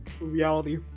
Reality